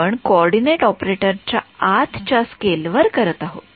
आपण कोऑर्डिनेट ऑपरेटरच्या आत च्या स्केल करत आहोत